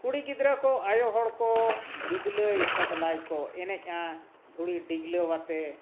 ᱠᱩᱲᱤ ᱜᱤᱫᱽᱨᱟᱹ ᱠᱚ ᱟᱭᱳ ᱦᱚᱲ ᱠᱚ ᱵᱤᱫᱞᱟᱹᱭ ᱥᱟᱫᱽᱞᱟᱭ ᱠᱚ ᱮᱱᱮᱡᱼᱟ ᱫᱷᱩᱲᱤ ᱰᱤᱜᱽᱞᱟᱹᱣ ᱟᱛᱮᱫ